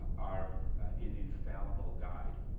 are an infallible guide.